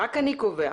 רק אני קובע.